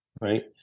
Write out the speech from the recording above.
right